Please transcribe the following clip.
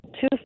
two